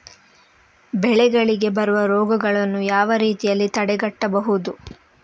ಬೆಳೆಗಳಿಗೆ ಬರುವ ರೋಗಗಳನ್ನು ಯಾವ ರೀತಿಯಲ್ಲಿ ತಡೆಗಟ್ಟಬಹುದು?